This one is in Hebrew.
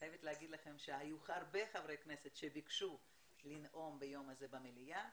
אני חייבת לומר לכם שהיו הרבה חברי כנסת שביקשו לנאום ביום הזה במליאה